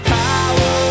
power